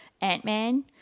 Ant-Man